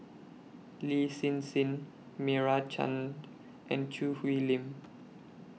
Lin Hsin Hsin Meira Chand and Choo Hwee Lim